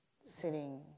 sitting